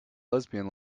lesbian